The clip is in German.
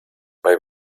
bei